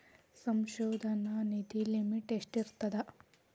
ಸಂಶೋಧನಾ ನಿಧಿ ಲಿಮಿಟ್ ಎಷ್ಟಿರ್ಥದ